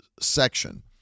section